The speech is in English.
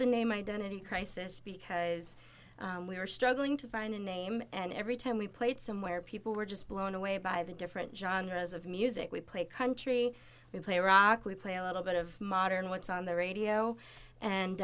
the name identity crisis because we were struggling to find a name and every time we played somewhere people were just blown away by the different genres of music we play country we play rock we play a little bit of modern what's on the radio